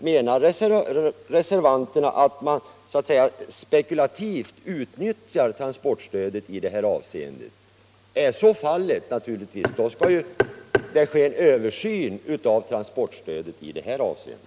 Menar reservanterna att man på detta sätt spekulativt utnyttjar transportstödet? Om det förekommer skall det naturligtvis ske en översyn av transportstödet i detta avseende.